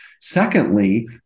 Secondly